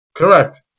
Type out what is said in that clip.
Correct